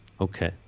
Okay